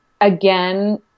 again